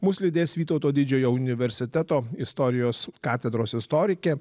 mus lydės vytauto didžiojo universiteto istorijos katedros istorikė